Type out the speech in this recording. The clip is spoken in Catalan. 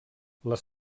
les